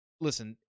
listen